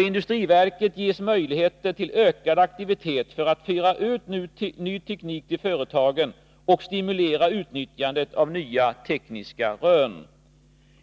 Industriverket ges möjligheter till ökad aktivitet för att föra ut ny teknik till företagen och stimulera utnyttjandet av nya tekniska rön.